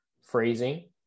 phrasing